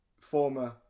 former